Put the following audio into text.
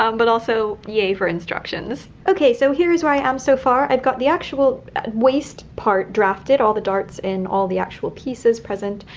um but also yay for instructions. ok, so here's where i am so far. i've got the actual waist part drafted, all the darts in all the actual pieces present.